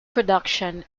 production